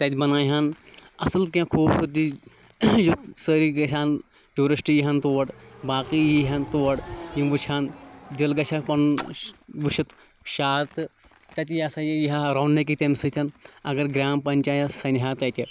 تَتہِ بَناو ہَن اَصٕل کینٛہہ خوٗبصوٗرتی یُتھ سٲری گَژھ ہَن ٹیٚوٗرِسٹ یی ہَن تور باقٕے یی ہَن تور یِم وٕچھ ہَن دِل گژھِ ہَکھ پَنُن وٕچھِتھ شاد تہٕ تَتہِ یہِ ہَسا یہِ یی ہا رونق تَمہِ سۭتۍ اگر گرٛام پَنچایَت سَنہِ ہا تَتہِ